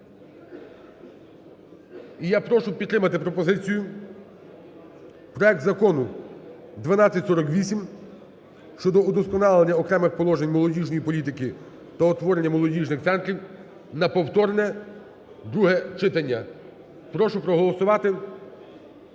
І я прошу підтримати пропозицію, проект Закону 1248 щодо вдосконалення окремих положень молодіжної політики та утворення молодіжних центрів на повторне друге читання. Прошу проголосувати,